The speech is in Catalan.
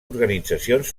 organitzacions